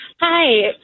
Hi